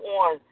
on